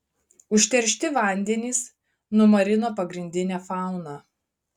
užteršti vandenys numarino pagrindinę fauną